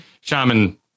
shaman